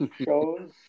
shows